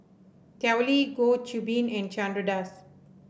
Tao Li Goh Qiu Bin and Chandra Das